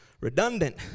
redundant